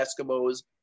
Eskimos